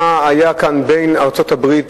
מה היה כאן בין ארצות-הברית,